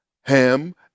Ham